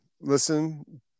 listen